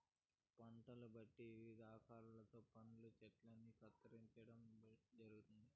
పంటలను బట్టి వివిధ ఆకారాలలో పండ్ల చెట్టల్ని కత్తిరించడం జరుగుతుంది